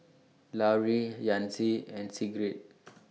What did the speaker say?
Laurie Yancy and Sigrid